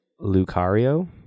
Lucario